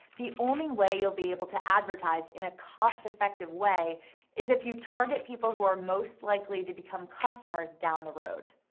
the only way you'll be able to advertise in a cost effective way is if you target people who are most likely to become customers down the road.